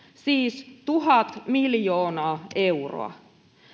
siis tuhat miljoonaa euroa